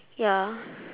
ya